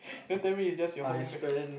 don't tell me it's just your home man